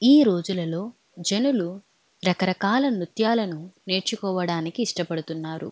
ఈ రోజులలో జనులు రకరకాల నృత్యాలను నేర్చుకోవడానికి ఇష్టపడుతున్నారు